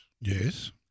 Yes